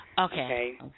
Okay